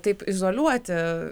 taip izoliuoti